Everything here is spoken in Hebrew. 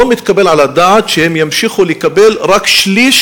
לא מתקבל על הדעת שהם ימשיכו לקבל רק שליש